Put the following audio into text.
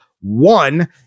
one